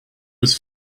was